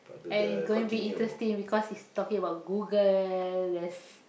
and it's going be interesting because he's talking about Google there's